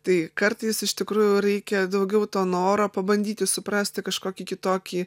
tai kartais iš tikrųjų reikia daugiau to noro pabandyti suprasti kažkokį kitokį